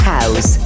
House